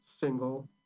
single